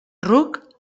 ruc